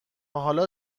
حالا